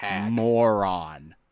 moron